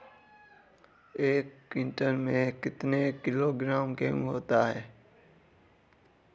एक क्विंटल में कितना किलोग्राम गेहूँ होता है?